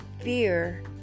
fear